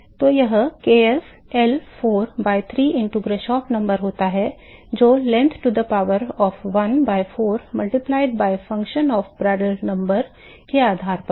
तो यह kf by L 4 by 3 into Grashof number होता है जो length to the power of 1 by 4 multiplied by the function of prandtl number के आधार पर है